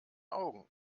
augen